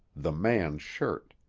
the man's shirt.